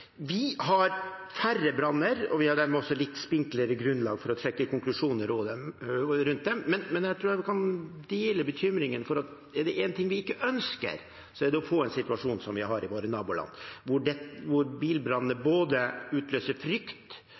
Vi har færre branner, og vi har dermed også litt spinklere grunnlag for å trekke konklusjoner av dem. Men jeg tror vi kan dele bekymringen, for er det en ting vi ikke ønsker, er det å få en situasjon som vi har i våre naboland, hvor bilbranner både utløser frykt,